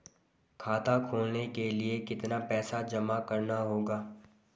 खाता खोलने के लिये कितना पैसा जमा करना होगा?